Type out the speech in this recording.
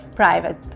private